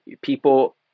people